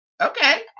Okay